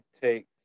take